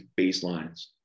baselines